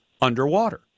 underwater